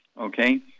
okay